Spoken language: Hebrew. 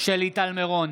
שלי טל מירון,